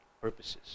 purposes